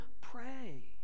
pray